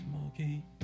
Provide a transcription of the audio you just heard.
Monkey